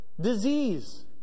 disease